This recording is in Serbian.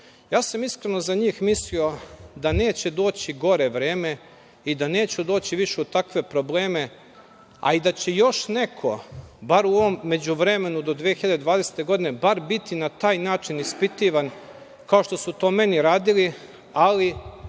sam, iskreno, za njih mislio da neće doći gore vreme i da neću doći više u takve probleme, a i da će još neko bar u ovom međuvremenu, do 2020. godine, bar biti na taj način ispitivan kao što su to meni radili, ali